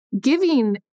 giving